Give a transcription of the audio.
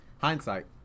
hindsight